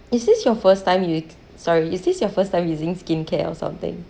is this your first time u~ sorry is this your first time using skincare or something